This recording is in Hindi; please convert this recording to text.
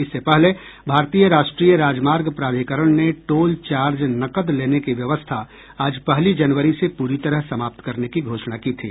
इससे पहले भारतीय राष्ट्रीय राजमार्ग प्राधिकरण ने टोल चार्ज नकद लेने की व्यवस्था आज पहली जनवरी से प्ररी तरह समाप्त करने की घोषणा की थी